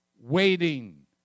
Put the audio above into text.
waiting